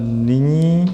Nyní...